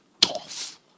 tough